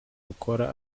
bukora